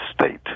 state